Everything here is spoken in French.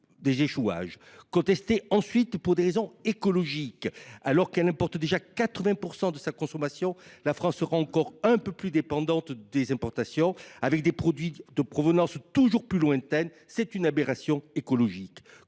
des échouages. Il est contesté, ensuite, pour des raisons écologiques. Alors qu’elle importe déjà 80 % de sa consommation de produits aquatiques, la France sera encore un peu plus dépendante des importations avec des produits de provenances toujours plus lointaines. C’est une aberration écologique.